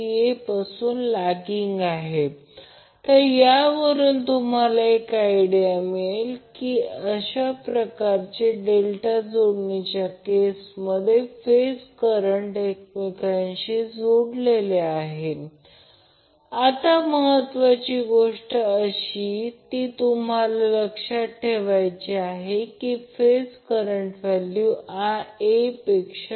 त्याचप्रमाणे line current दरम्यान काढतो ते फक्त 120° वेगळे काढतो तसेच फेज करंट काढतो तेव्हा हे सर्व फेज करंट 120° वेगळे असतात